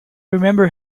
remember